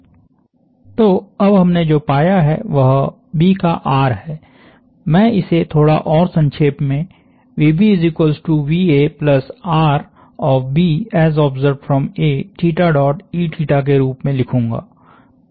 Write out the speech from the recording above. तो अब हमने जो पाया है वह B का r है मैं इसे थोड़ा और संक्षेप में के रूप में लिखूंगा